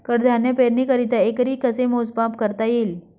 कडधान्य पेरणीकरिता एकरी कसे मोजमाप करता येईल?